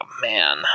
man